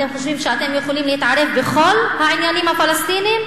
אתם חושבים שאתם יכולים להתערב בכל העניינים הפלסטיניים